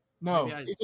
No